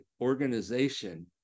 organization